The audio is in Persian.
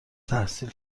تحصیل